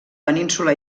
península